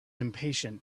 impatient